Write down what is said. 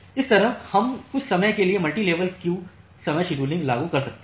इस तरह हम कुछ समय के लिए मल्टीलेवल क्यू समय शेड्यूलिंग लागू कर सकते हैं